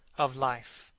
of life